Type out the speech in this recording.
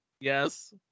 Yes